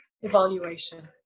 evaluation